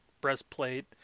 breastplate